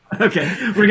Okay